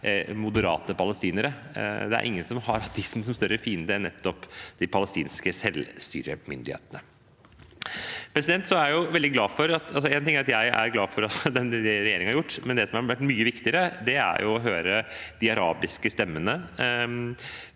moderate palestinere. Det er ingen som har hatt dem som større fiende enn nettopp de palestinske selvstyremyndighetene. Én ting er at jeg er glad for det regjeringen har gjort, men det som har vært mye viktigere, er å høre de arabiske stemmene.